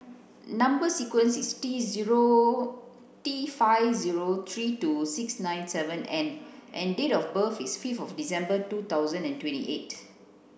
number sequence is T zero T five zero three two six nine seven N and date of birth is fifth of December two thousand and twenty eight